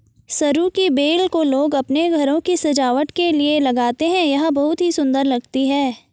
सरू की बेल को लोग अपने घरों की सजावट के लिए लगाते हैं यह बहुत ही सुंदर लगती है